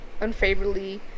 unfavorably